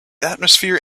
atmosphere